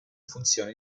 funzione